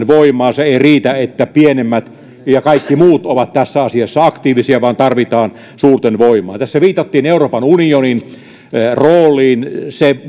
voimaa se ei riitä että pienemmät ja kaikki muut ovat tässä asiassa aktiivisia vaan tarvitaan suurten voimaa tässä viitattiin euroopan unionin rooliin se